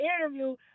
interview